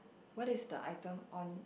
what is the item on